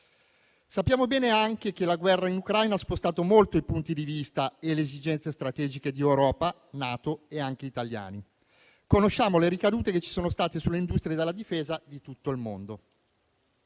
Sappiamo bene anche che la guerra in Ucraina ha spostato molto i punti di vista e le esigenze strategiche dell'Europa, della NATO e anche dell'Italia. Conosciamo le ricadute che ci sono state sulle industrie della difesa di tutto il mondo.